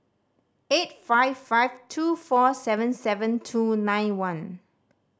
eight five five two four seven seven two nine one